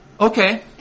Okay